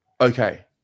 Okay